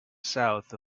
south